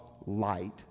light